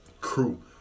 crew